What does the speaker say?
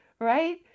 right